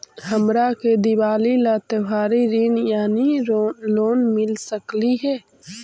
हमरा के दिवाली ला त्योहारी ऋण यानी लोन मिल सकली हे?